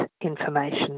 information